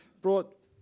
brought